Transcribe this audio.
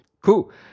Cool